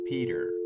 Peter